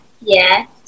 Yes